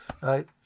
right